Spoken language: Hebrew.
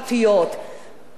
צדק חברתי,